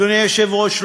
אדוני היושב-ראש,